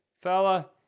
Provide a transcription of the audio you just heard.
fella